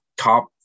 top